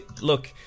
look